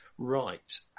Right